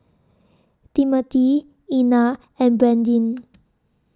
Timothy Ina and Brandyn